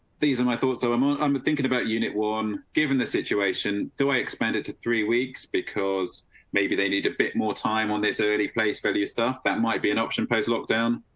these are my thoughts, so i'm um thinking about unit one. given the situation, do i expand it to three weeks because maybe they need a bit more time on this early place value stuff that might be an option post lockdown?